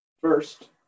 First